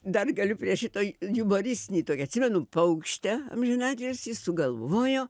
dar galiu prie šito jumoristinį tokį atsimenu paukštė amžinatilsį sugalvojo